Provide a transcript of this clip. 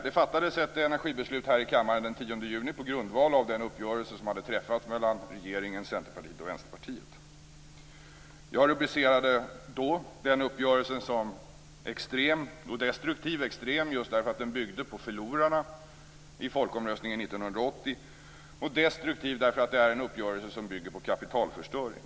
Det fattades ett energibeslut här i kammaren den 10 juni på grundval av den uppgörelse som hade träffats mellan regeringen, Centerpartiet och Vänsterpartiet. Jag rubricerade då den uppgörelsen som extrem och destruktiv; extrem just därför att den bygger på förlorarna i folkomröstningen 1980 och destruktiv därför att det är en uppgörelse som bygger på kapitalförstöring.